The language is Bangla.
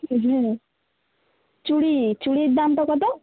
হুম চুড়ি চুড়ির দামটা কত